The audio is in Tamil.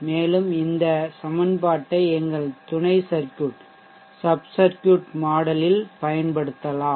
மேலும் இந்த சமன்பாட்டை எங்கள் சப் சர்க்யூட் மாடல் இல் பயன்படுத்தலாம்